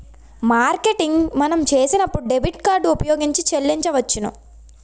marketing మనం చేసినప్పుడు debit card ఉపయోగించి చెల్లించవచ్చును